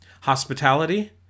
Hospitality